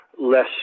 less